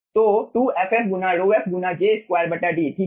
तो 2 ff गुना ρf गुना j2 D ठीक है